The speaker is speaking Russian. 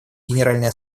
генеральной